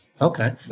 Okay